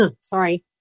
sorry